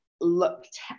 Looked